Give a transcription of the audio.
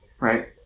Right